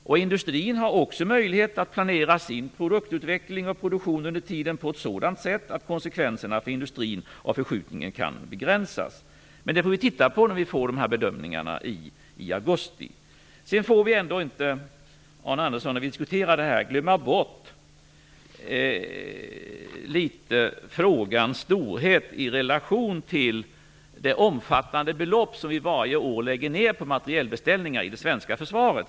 Industrin har också möjlighet att planera sin produktutveckling och produktion under tiden på ett sådant sätt att konsekvenserna av förskjutningen för industrin kan begränsas. Det får vi titta på när vi får bedömningarna i augusti. Sedan får vi ändå inte, Arne Andersson, när vi diskuterar detta, glömma bort frågans storlek i relation till det omfattande belopp som vi varje år lägger ned på materielbeställningar i det svenska försvaret.